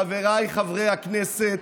חבריי חברי הכנסת,